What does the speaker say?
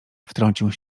wtrącił